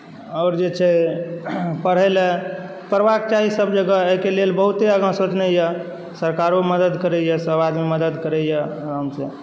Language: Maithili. आओर जे छै पढ़यले पढ़बाक चाही सभजगह एहिके लेल बहुते आगाँ सोचने यए सरकारो मदद करैए सभआदमी मदद करैए आरामसँ